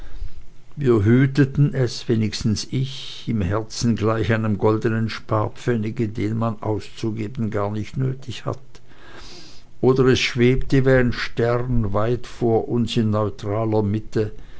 wir hüteten es wenigstens ich im herzen gleich einem goldenen sparpfennige den man auszugeben gar nicht nötig hat oder es schwebte wie ein stern weit vor uns in neutraler mitte